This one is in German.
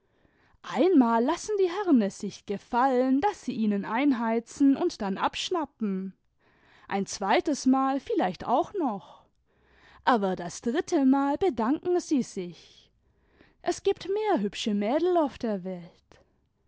einmal lassen die herri es sich gefallen daß sie ihnen einheizen imd dann abschnappen ein zweites mal vielleicht auch noch aber das dritte mal bedanken sie sich es gibt mehr hü sche mädel auf der welt